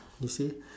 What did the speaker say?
you see